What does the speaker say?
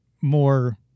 more